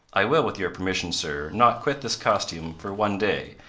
i will, with your permission, sir, not quit this costume for one day,